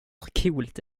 coolt